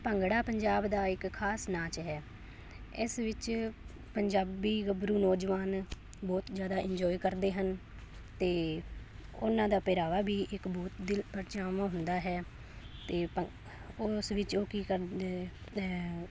ਭੰਗੜਾ ਪੰਜਾਬ ਦਾ ਇੱਕ ਖ਼ਾਸ ਨਾਚ ਹੈ ਇਸ ਵਿੱਚ ਪੰਜਾਬੀ ਗੱਭਰੂ ਨੌਜਵਾਨ ਬਹੁਤ ਜ਼ਿਆਦਾ ਇੰਜੋਏ ਕਰਦੇ ਹਨ ਅਤੇ ਉਹਨਾਂ ਦਾ ਪਹਿਰਾਵਾ ਵੀ ਇੱਕ ਬਹੁਤ ਦਿਲ ਪ੍ਰਚਾਵਾਂ ਹੁੰਦਾ ਹੈ ਅਤੇ ਉਸ ਵਿੱਚ ਉਹ ਕੀ ਕਰਦੇ ਹੈ